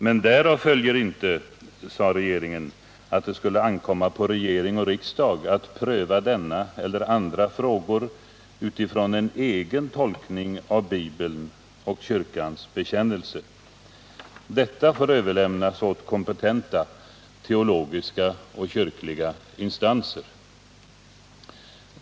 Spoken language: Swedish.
Men därav följer inte att det skulle ankomma på regering och riksdag att pröva denna eller andra frågor utifrån en egen tolkning av Bibeln och kyrkans bekännelse, utan detta får överlämnas åt kompetenta teologiska och kyrkliga instanser.